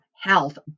health